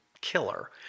killer